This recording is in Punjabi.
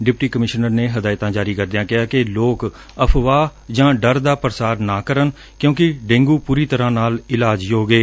ਡਿਪਟੀ ਕਮਿਸ਼ਨਰ ਨੇ ਹਦਾਇਤਾਂ ਜਾਰੀ ਕਰਦਿਆਂ ਕਿਹਾ ਕਿ ਲੋਕ ਅਫ਼ਵਾਹ ਜਾਂ ਡਰ ਦਾ ਪ੍ਰਸਾਰ ਨਾ ਕਰਨ ਕਿਉਂਕਿ ਡੇਂਗੂ ਪੂਰੀ ਤਰੂਾਂ ਨਾਲ ਇਲਾਜਯੋਗ ਏ